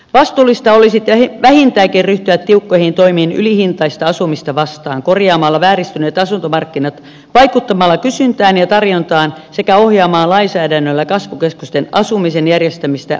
vastuullista olisi vähintäänkin ryhtyä tiukkoihin toimiin ylihintaista asumista vastaan korjaamalla vääristyneet asuntomarkkinat vaikuttamalla kysyntään ja tarjontaan sekä ohjaamalla lainsäädännöllä kasvukeskusten asumisen järjestämistä oikeille raiteille